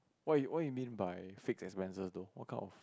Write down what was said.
what you what you mean by fixed expenses though what kind of